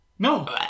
No